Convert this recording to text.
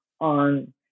on